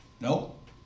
Nope